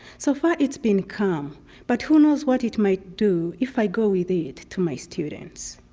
so far it's been calm but who knows what it might do if i go with it to my students?